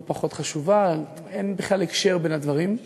לא פחות חשובה, אין בכלל קשר בין הדברים.